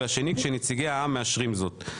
והשני כאשר נציגי העם מאשרים זאת.